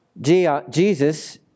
Jesus